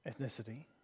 ethnicity